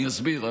אני אסביר,